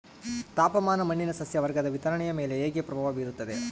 ತಾಪಮಾನ ಮಣ್ಣಿನ ಸಸ್ಯವರ್ಗದ ವಿತರಣೆಯ ಮೇಲೆ ಹೇಗೆ ಪ್ರಭಾವ ಬೇರುತ್ತದೆ?